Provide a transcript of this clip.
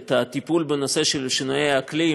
ואת הטיפול בנושא של שינויי האקלים,